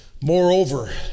Moreover